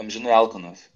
amžinai alkanas